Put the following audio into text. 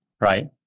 right